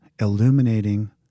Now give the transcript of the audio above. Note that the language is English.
illuminating